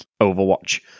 Overwatch